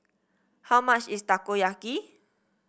how much is Takoyaki